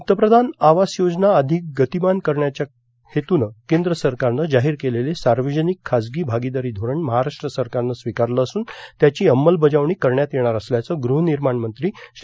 पंतप्रधान आवास योजना अधिक गतीमान करण्याच्या हेतूनं केंद्र सरकारनं जाहीर केलेले सार्वजनिक खासगी भागीदारी धोरण महाराष्ट्र सरकारनं स्वीकारलं असून त्याची अंमलबजावणी करण्यात येणार असल्याचं गृहनिर्माण मंत्री श्री